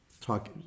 talk